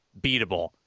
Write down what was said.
beatable